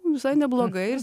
visai neblogai ir